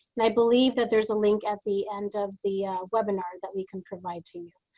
and i believe that there is a link at the end of the webinar that we can provide to you.